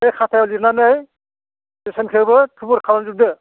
बे खाथायाव लिरनानै बेसेनखौबो थुबुर खालामजोबदो